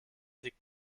liegt